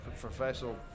professional